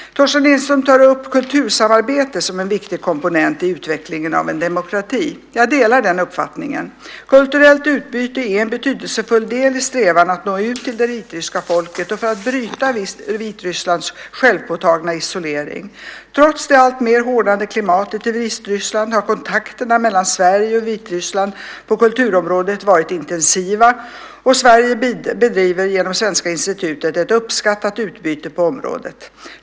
Torsten Lindström tar upp kultursamarbete som en viktig komponent i utvecklingen av en demokrati. Jag delar den uppfattningen - kulturellt utbyte är en betydelsefull del i strävan att nå ut till det vitryska folket och för att bryta Vitrysslands självpåtagna isolering. Trots det alltmer hårdnande klimatet i Vitryssland har kontakterna mellan Sverige och Vitryssland på kulturområdet varit intensiva och Sverige bedriver genom Svenska institutet ett uppskattat utbyte på området.